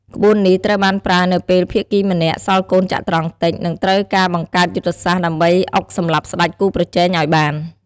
ក្បួននេះត្រូវបានប្រើនៅពេលភាគីម្នាក់សល់កូនចត្រង្គតិច និងត្រូវការបង្កើតយុទ្ធសាស្ត្រដើម្បីអុកសម្លាប់ស្ដេចគូប្រជែងឲ្យបាន។